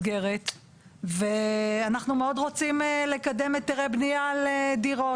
חותמים על הסכמי מסגרת ואנחנו מאוד רוצים לקדם היתרי בנייה על דירות.